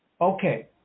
Okay